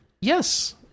Yes